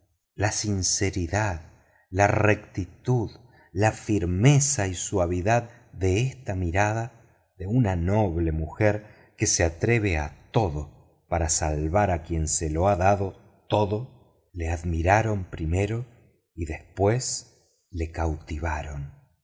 la sinceridad la rectitud la firmeza y suavidad de esta mirada de una noble mujer que se atreve a todo para salvar a quien se lo ha dado todo le admiraron primero y después lo cautivaron